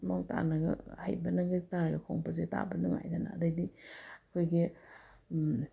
ꯃꯑꯣꯡ ꯇꯥꯅꯒ ꯍꯩꯕꯅꯒ ꯒꯤꯇꯔ ꯈꯣꯡꯕꯁꯦ ꯇꯥꯕ ꯅꯨꯡꯉꯥꯏꯗꯅ ꯑꯗꯒꯤꯗꯤ ꯑꯩꯈꯣꯏꯒꯤ